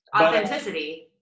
Authenticity